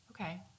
Okay